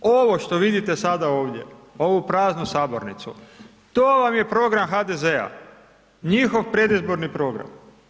Ovo što vidite sada ovdje ovu praznu sabornicu, to vam je program HDZ-a, njihov predizborni program.